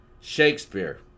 Shakespeare